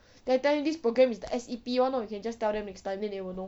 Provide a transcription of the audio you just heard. then I tell him this program is the S_E_P one lor you can just tell them next time then they will know